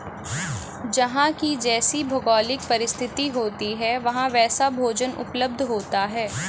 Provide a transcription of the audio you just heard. जहां की जैसी भौगोलिक परिस्थिति होती है वहां वैसा भोजन उपलब्ध होता है